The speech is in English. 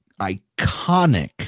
iconic